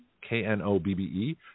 K-N-O-B-B-E